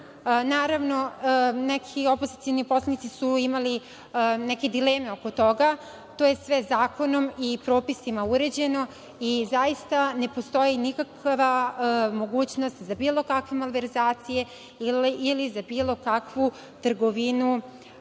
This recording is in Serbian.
Naravno, neki opozicioni poslanici su imali neke dileme oko toga. To je sve zakonom i propisima uređeno. Zaista ne postoji nikakva mogućnost za bilo kakve malverzacije ili za bilo kakvu trgovinu